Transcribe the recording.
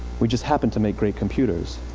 we just happen to make great computers.